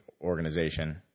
organization